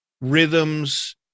rhythms